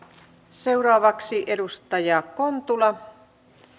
seuraavaksi edustaja kontula